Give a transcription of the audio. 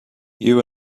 you